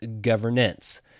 governance